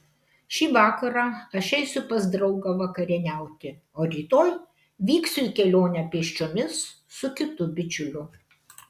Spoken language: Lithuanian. šį vakarą aš eisiu pas draugą vakarieniauti o rytoj vyksiu į kelionę pėsčiomis su kitu bičiuliu